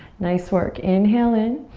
nice work. inhale in.